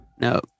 No